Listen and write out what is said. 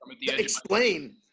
Explain